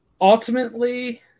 ultimately